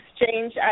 exchange